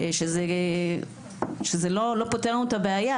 אמנם זה לא פותר לנו את הבעיה,